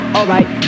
Alright